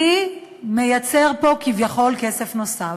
מי מייצר פה כביכול כסף נוסף.